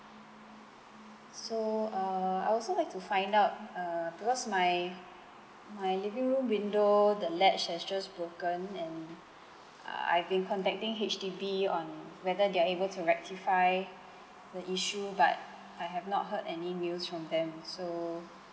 so uh I'd also like to find out uh because my my living room window the latch has just broken and uh I been contacting H_D_B on whether they are able to rectify the issue but I have not heard any news from them so